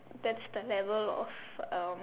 that's the level of um